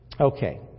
Okay